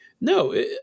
no